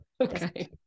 okay